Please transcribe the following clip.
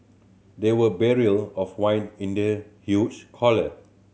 there were barrel of wine in the huge caller